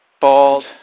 bald